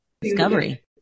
discovery